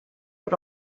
but